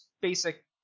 basic